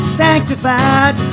sanctified